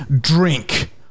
Drink